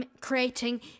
creating